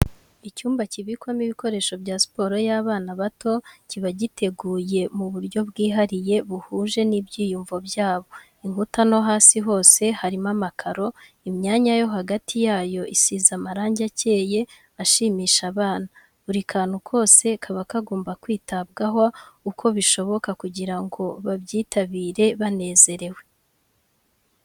Icyumba kibikwamo ibikoresho bya siporo y'abana bato, kiba giteguye mu buryo bwihariye buhuje n'ibyiyumvo byabo, inkuta no hasi hose harimo amakaro, imyanya yo hagati yayo isize amarangi acyeye ashimisha abana, buri kantu kose kaba kagomba kwitabwaho uko bishoboka kugirango babyitabire banezerewe.